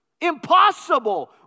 Impossible